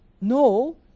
No